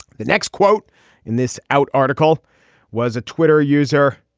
the next quote in this out article was a twitter user,